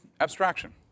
abstraction